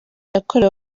yakorewe